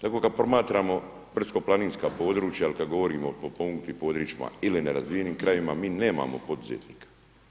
Tako kad promatramo brdsko-planinska područja, ili kad govorimo o potpomognutim područjima ili nerazvijenim krajevima, mi nemamo poduzetnika.